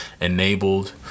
enabled